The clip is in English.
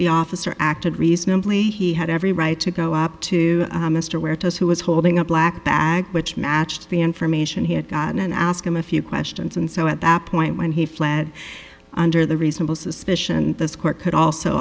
the officer acted reasonably he had every right to go up to mr huertas who was holding a black bag which matched the information he had gotten and ask him a few questions and so at that point when he fled under the reasonable suspicion this court could also